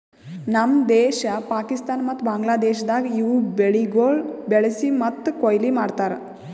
ನಮ್ ದೇಶ, ಪಾಕಿಸ್ತಾನ ಮತ್ತ ಬಾಂಗ್ಲಾದೇಶದಾಗ್ ಇವು ಬೆಳಿಗೊಳ್ ಬೆಳಿಸಿ ಮತ್ತ ಕೊಯ್ಲಿ ಮಾಡ್ತಾರ್